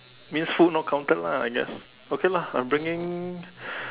means food not counted lah I guess okay lah I am bringing